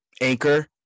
Anchor